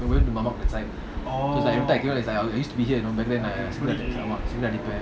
we went to that side so it's like I used to be here you know back then I I